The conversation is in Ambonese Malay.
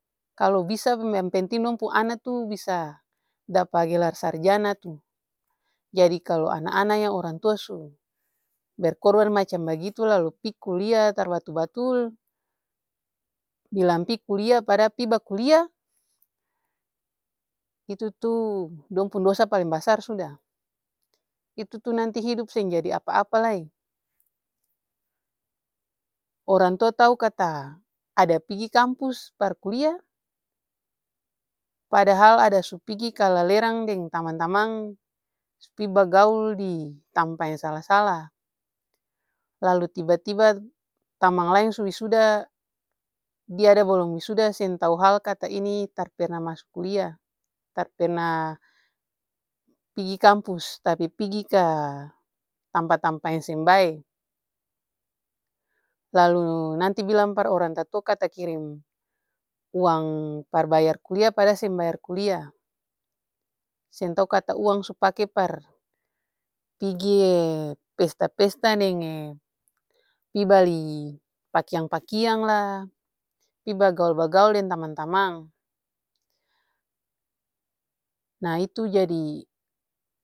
Kalu bisa yang penting dong pung ana tuh bisa dapa gelar sarjana tuh. Jadi kalu ana-ana yang orang tua su berkorban macam bagitu lalu pi kulia tar batul-batul, bilang pi kulia padahal pi baku lia itu-tuh dong pung dosa paleng basar suda itu-tuh nanti hidup seng jadi apa-apa lai. Orang tua tau kata ada pigi kampus par kulia padahal ada su pigi kalelerang deng tamang-tamang su pi bagaul ditampa yang sala-sala. Lalu tiba-tiba tamang laeng su wisuda dia ada balom wisuda seng tau hal kata ini tar perna maso kulia, tar perna pigi kampus tapi pigi ka tampa-tampa yang seng bae, lalu nanti bilang par orang tatua kata kirim uang par bayar kulia padahal seng bayar kulia seng tau kata uang su pake par pigie pesta-pesta dengnge pi bali pakiang-pakian lah, pi bagaul-bagaul deng tamang-tamang. Nah itu jadi.